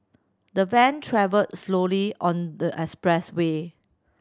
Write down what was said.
the van travelled slowly on the expressway